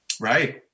Right